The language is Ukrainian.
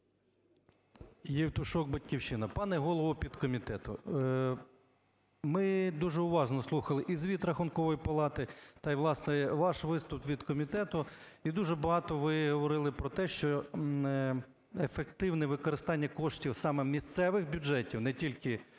Євтушок, "Батьківщина". Пане голово підкомітету, ми дуже уважно слухали і звіт Рахункової палати, та й, власне, ваш виступ від комітету, і дуже багато ви говорили про те, що ефективне використання коштів саме місцевих бюджетів, не тільки